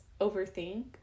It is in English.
overthink